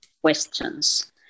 questions